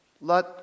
Let